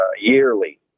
yearly